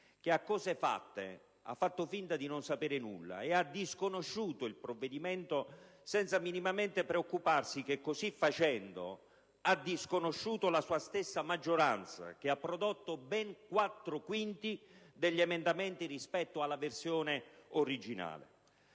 che a cose fatte ha fatto finta di non sapere nulla e ha disconosciuto il provvedimento, senza minimamente preoccuparsi che, così facendo, ha disconosciuto la sua stessa maggioranza, che ha prodotto ben quattro quinti degli emendamenti rispetto alla versione originaria.